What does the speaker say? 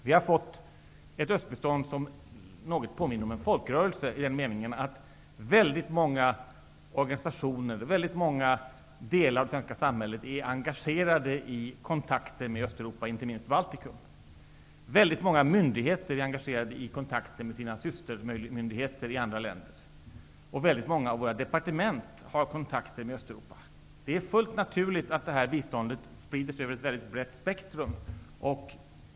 Vi har fått ett östbistånd som något påminner om en folkrörelse i den meningen att väldigt många organisationer och stora delar av det svenska samhället är engagerade i kontakten med Östeuropa och inte minst med Baltikum. Det är väldigt många myndigheter som är engagerade i kontakter med sina systermyndigheter i andra länder, och många av våra departement har kontakter med Östeuropa. Det är fullt naturligt att detta bistånd sprider sig över ett mycket brett spektrum.